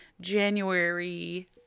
January